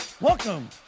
Welcome